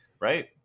Right